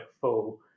full